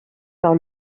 par